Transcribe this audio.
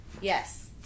Yes